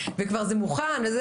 וזה כבר מוכן.